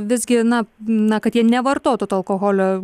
visgi na na kad jie nevartotų to alkoholio